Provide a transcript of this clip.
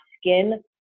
skin